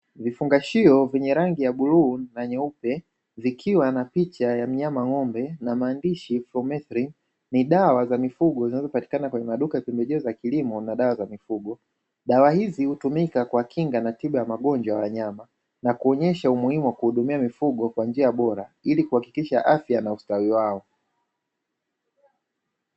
Vifungashio vyenye rangi ya bluu na nyeupe, vikiwa na picha ya mnyama ng'ombe na maandishi "FLUMETHRIN". Ni dawa za mifugo zinazopatikana kwenye maduka ya pembejeo za kilimo na dawa za mifugo. Dawa hizi hutumika kwa kinga na tiba ya magonjwa ya wanyama, na kuonyesha umuhimu wa kuhudumia mifugo kwa njia bora, ili kuhakikisha afya na ustawi wao.